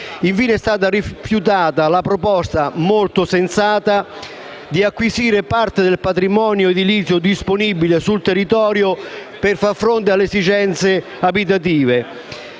Infine, è stata rifiutata la proposta molto sensata di acquisire parte del patrimonio edilizio disponibile sul territorio, per far fronte alle esigenze abitative,